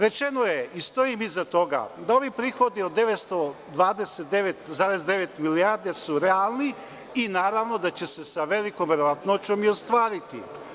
Rečeno je i stojim iza toga da ovi prihodi od 929,9 milijarde su realniji i naravno da će se sa velikom verovatnoćom i ostvariti.